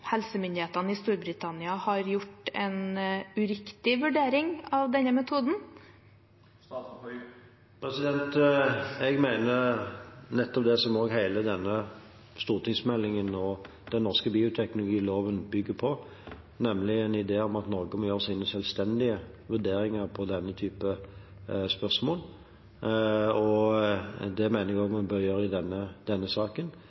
helsemyndighetene i Storbritannia har gjort en uriktig vurdering av denne metoden? Jeg mener det som hele denne stortingsmeldingen og den norske bioteknologiloven bygger på, nemlig en idé om at Norge bør gjøre sine selvstendige vurderinger av denne typen spørsmål. Det mener jeg vi bør gjøre også i denne saken.